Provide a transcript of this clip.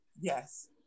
yes